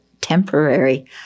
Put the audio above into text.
temporary